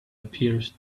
appeared